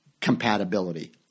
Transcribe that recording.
compatibility